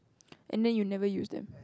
and then you never used them